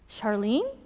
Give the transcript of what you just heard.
Charlene